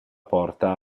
porta